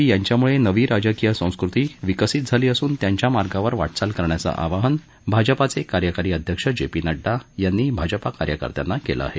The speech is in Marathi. प्रधानमंत्री नरेंद्र मोदी यांच्यामुळे नवी राजकीय संस्कृती विकसित झाली असून त्यांच्या मार्गावर वा च्चाल करण्याचं आवाहन भाजपाचे कार्यकारी अध्यक्ष जे पी नड्डा यांनी भाजपा कार्यकर्त्यांना केलं आहे